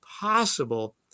possible